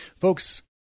Folks